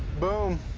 boom.